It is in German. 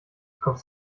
kommst